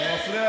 שבו.